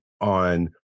on